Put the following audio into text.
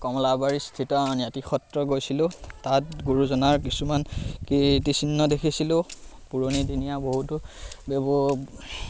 কমলাবাৰীস্থিত আউনিআতি সত্ৰ গৈছিলোঁ তাত গুৰুজনাৰ কিছুমান কীৰ্তিচিহ্ন দেখিছিলোঁ পুৰণিদিনীয়া বহুতো